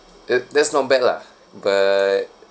that that's not bad lah but